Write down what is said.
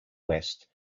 west